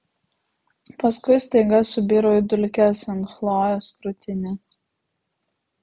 paskui staiga subiro į dulkes ant chlojės krūtinės